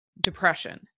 depression